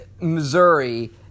Missouri